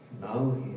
Now